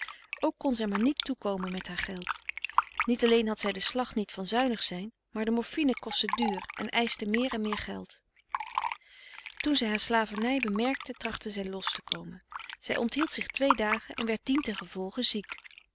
ook kon zij maar niet toekomen met haar geld niet alleen had zij den slag niet van zuinig zijn maar de morfine kostte duur en eischte meer en meer geld toen zij haar slavernij bemerkte trachtte zij los te komen zij onthield zich twee dagen en werd dientengevolge ziek